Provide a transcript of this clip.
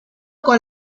con